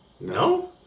no